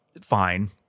fine